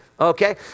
Okay